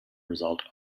result